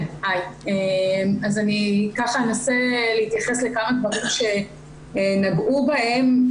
אני אנסה להתייחס לכמה דברים שנגעו בהם.